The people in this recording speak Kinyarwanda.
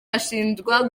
ashinjwa